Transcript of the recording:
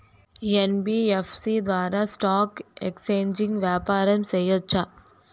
NBFC ద్వారా stock exchange వ్యాపారం సేయొచ్చా?